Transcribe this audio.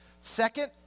Second